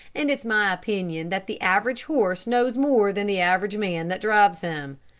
and it's my opinion that the average horse knows more than the average man that drives him.